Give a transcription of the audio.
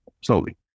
slowly